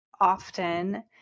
often